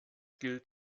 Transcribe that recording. gilt